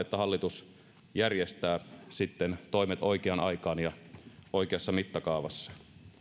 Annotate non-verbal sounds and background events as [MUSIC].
[UNINTELLIGIBLE] että hallitus järjestää sitten toimet oikeaan aikaan ja oikeassa mittakaavassa